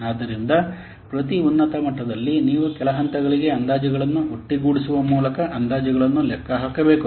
ಆದ್ದರಿಂದ ಪ್ರತಿ ಉನ್ನತ ಮಟ್ಟದಲ್ಲಿ ನೀವು ಕೆಳ ಹಂತಗಳಿಗೆ ಅಂದಾಜುಗಳನ್ನು ಒಟ್ಟುಗೂಡಿಸುವ ಮೂಲಕ ಅಂದಾಜುಗಳನ್ನು ಲೆಕ್ಕ ಹಾಕಬೇಕು